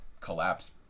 collapse